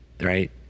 right